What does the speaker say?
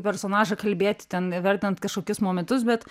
personažą kalbėti ten įvertinant kažkokius momentus bet